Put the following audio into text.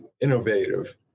innovative